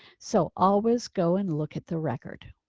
so always go and look at the record.